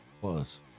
plus